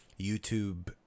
YouTube